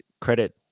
credit